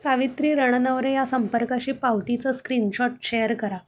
सावित्री रणनवरे या संपर्काशी पावतीचं स्क्रीनशॉट शेअर करा